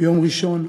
ביום ראשון,